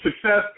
success